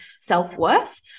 self-worth